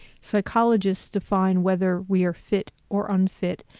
psychologists define whether we are fit or unfit.